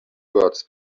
words